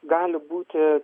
gali būti